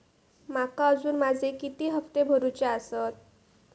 माका अजून माझे किती हप्ते भरूचे आसत?